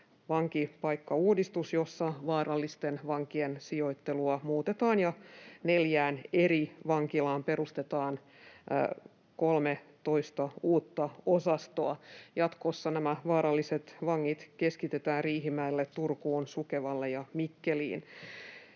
vankipaikkauudistus, jossa vaarallisten vankien sijoittelua muutetaan ja neljään eri vankilaan perustetaan 13 uutta osastoa. Jatkossa nämä vaaralliset vangit keskitetään Riihimäelle, Turkuun, Sukevalle ja Mikkeliin.